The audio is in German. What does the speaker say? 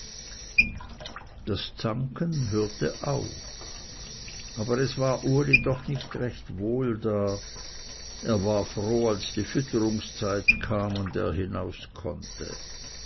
das zanken hörte auf aber es war uli doch nicht recht wohl da er war froh als die fütterungszeit kam und er hinaus konnte